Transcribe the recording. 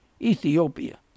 Ethiopia